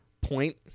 point